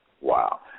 Wow